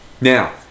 now